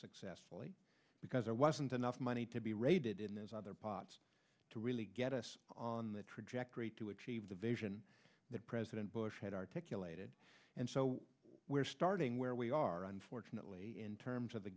successfully because there wasn't enough money to be raided in those other pots to really get us on the trajectory to achieve the vision that president bush had articulated and so we're starting where we are unfortunately in terms of the